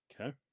Okay